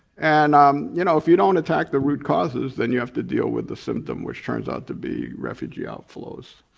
and um you know if you don't wanna attack the root causes then you have to deal with the symptom which turns out to be refugee outflows.